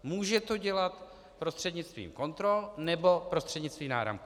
Může to dělat prostřednictvím kontrol nebo prostřednictvím náramků.